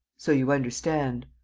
so you understand.